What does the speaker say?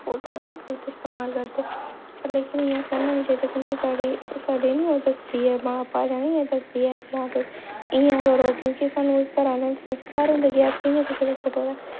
फोटुएं दा गतल इस्तेमाल करदे लेकिन इ'यां करना नी चाहिदा क्योंकि साढ़ी साढ़ी ना ओह् दसदी ऐ मां भाशा नी दसदी ऐ कि तुस इ'यां करो क्योंकि सानू ओह् घर आह्लें संस्कार होंदे कि अस कि'यां कुसै दे फोटो